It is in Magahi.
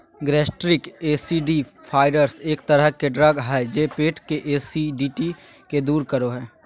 गैस्ट्रिक एसिडिफ़ायर्स एक तरह के ड्रग हय जे पेट के एसिडिटी के दूर करो हय